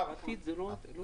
והוא ממשיך לייצרה בשנת